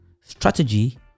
Strategy